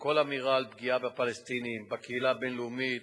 כל אמירה על פגיעה בפלסטינים או בקהילה הבין-לאומית